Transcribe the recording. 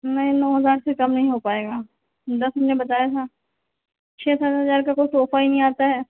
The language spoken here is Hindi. नहीं नौ हज़ार से कम नहीं हो पाएगा दस हमने बताया था छः सात हज़ार का कोई सोफ़ा ही नहीं आता है